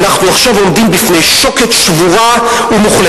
ואנחנו עכשיו עומדים בפני שוקת שבורה ומוחלטת.